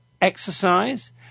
exercise